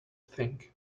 thing